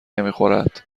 نمیخورد